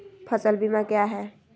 फ़सल बीमा क्या है?